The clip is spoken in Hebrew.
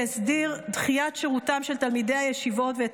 שהסדיר דחיית שירותם של תלמידי הישיבות ואת